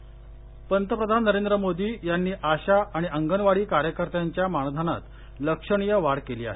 पंतप्रधान अंगणवाडी पंतप्रधान नरेंद्र मोदी यांनी आशा आणि अंगणवाडी कार्यकर्त्यांच्या मानधनात लक्षणीय वाढ केली आहे